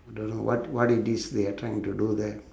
don't know what what it is they are trying to do there